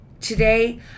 today